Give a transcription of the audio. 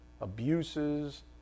abuses